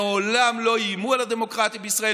מעולם לא איימו על הדמוקרטיה בישראל,